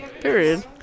Period